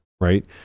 Right